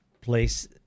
place